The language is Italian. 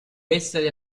essere